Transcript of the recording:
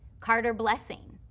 carter blessing,